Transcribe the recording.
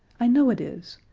i know it is.